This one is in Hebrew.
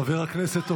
חבר הכנסת טופורובסקי,